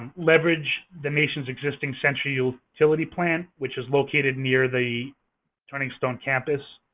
leverage the nation's existing central utility plant, which is located near the turning stone campus.